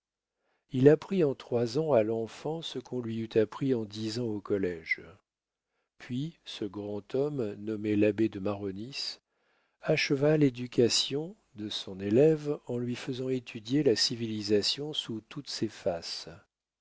il apprit en trois ans à l'enfant ce qu'on lui eût appris en dix ans au collége puis ce grand homme nommé l'abbé de maronis acheva l'éducation de son élève en lui faisant étudier la civilisation sous toutes ses faces